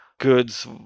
goods